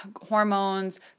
hormones